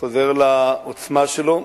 חוזר לעוצמה שלו,